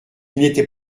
n’était